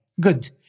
Good